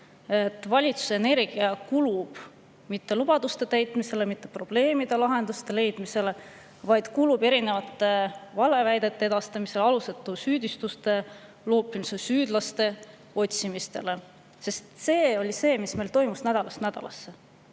et valitsuse energia ei kulu mitte lubaduste täitmisele, mitte probleemide lahenduste leidmisele, vaid kulub erinevate valeväidete edastamisele, alusetute süüdistuste loopimisele, süüdlaste otsimisele. See oli see, mis meil toimus nädalast nädalasse.